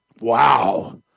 Wow